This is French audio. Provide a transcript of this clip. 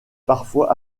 parfois